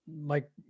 Mike